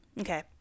okay